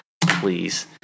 please